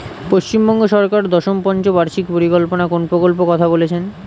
পশ্চিমবঙ্গ সরকার দশম পঞ্চ বার্ষিক পরিকল্পনা কোন প্রকল্প কথা বলেছেন?